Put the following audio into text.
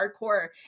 hardcore